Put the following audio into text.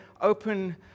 open